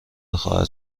خواهد